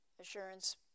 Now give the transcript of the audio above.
assurance